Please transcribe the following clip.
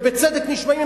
ובצדק נשמעים,